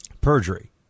Perjury